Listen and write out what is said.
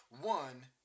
one